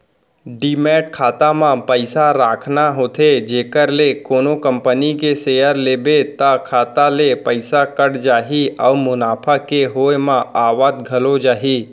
demat खाता म पइसा राखना होथे जेखर ले कोनो कंपनी के सेयर लेबे त खाता ले पइसा कट जाही अउ मुनाफा के होय म आवत घलौ जाही